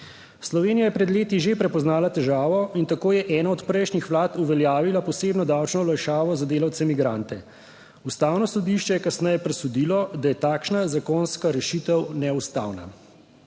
Slovenija je pred leti že prepoznala težavo in tako je ena od prejšnjih vlad uveljavila posebno davčno olajšavo za delavce migrante. Ustavno sodišče je kasneje presodilo, da je takšna zakonska rešitev neustavna.